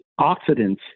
oxidants